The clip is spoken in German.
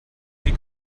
sie